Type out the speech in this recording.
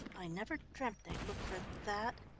i never dreamt they'd look for that.